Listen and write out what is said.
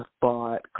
thought